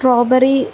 strawberry